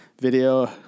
video